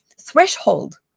threshold